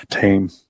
team